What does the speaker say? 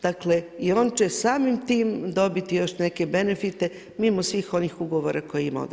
Dakle i on će samim tim dobiti još neke benefite mimo svih onih ugovora koje je imao do sada.